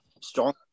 strong